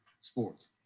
sports